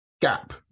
gap